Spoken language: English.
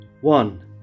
one